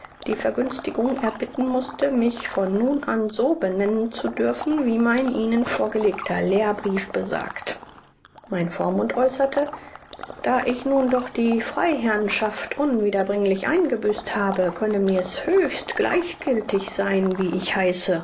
die vergünstigung erbitten mußte mich von nun an so benennen zu dürfen wie mein ihnen vorgelegter lehrbrief besagt mein vormund äußerte da ich nun doch die freiherrnschaft unwiederbringlich eingebüßt habe könne mir's höchst gleichgiltig sein wie ich heiße